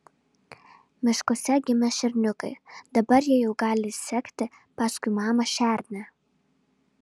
miškuose gimė šerniukai dabar jie jau gali sekti paskui mamą šernę